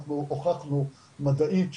אנחנו הוכחנו מדעית,